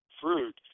fruit